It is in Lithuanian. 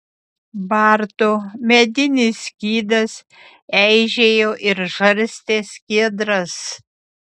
barto medinis skydas eižėjo ir žarstė skiedras